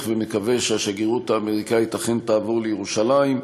ומקווה שהשגרירות האמריקנית אכן תעבור לירושלים.